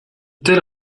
telle